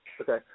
Okay